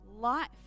life